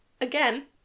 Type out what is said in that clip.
again